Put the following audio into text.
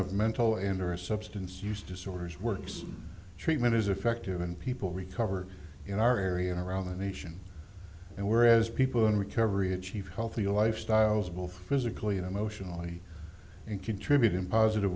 of mental endurance substance use disorders works treatment is effective and people recover in our area around the nation and whereas people in recovery achieve healthier lifestyles will physically and emotionally and contribute in positive